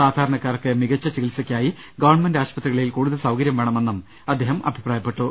സാധാരണ ക്കാർക്ക് മികച്ച ചികിത്സയ്ക്കായി ഗവൺമെന്റ് ആശുപത്രികളിൽ കൂടുതൽ സൌകര്യം വേണമെന്നും അദ്ദേഹം പറഞ്ഞു